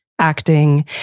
acting